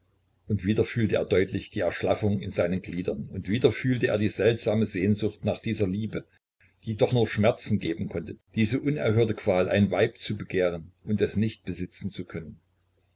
und wieder fühlte er deutlich die erschlaffung in seinen gliedern und wieder fühlte er die seltsame sehnsucht nach dieser liebe die doch nur schmerzen geben konnte diese unerhörte qual ein weib zu begehren und es nicht besitzen zu können